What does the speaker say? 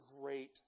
great